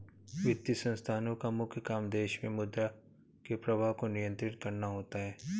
वित्तीय संस्थानोँ का मुख्य काम देश मे मुद्रा के प्रवाह को नियंत्रित करना होता है